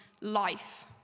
life